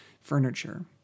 furniture